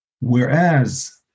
Whereas